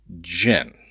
Jen